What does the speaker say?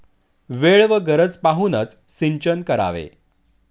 वेळ व गरज पाहूनच सिंचन करावे